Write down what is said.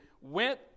went